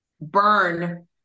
burn